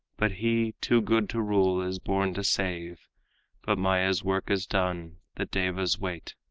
but he, too good to rule, is born to save but maya's work is done, the devas wait.